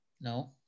no